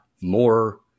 more